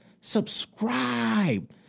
Subscribe